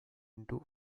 into